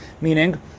Meaning